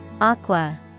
Aqua